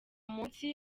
munsi